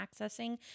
accessing